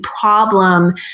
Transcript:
problem